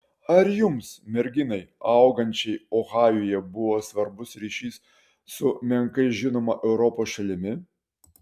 ar jums merginai augančiai ohajuje buvo svarbus ryšys su menkai žinoma europos šalimi